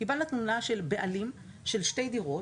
קיבלנו תלונה של בעלים של שתי דירות,